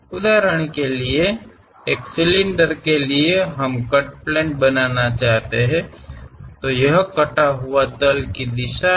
उदाहरण के लिए एक सिलेंडर के लिए हम कट प्लेन बनाना चाहते हैं यह कटा हुआ तल की दिशा है